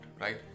right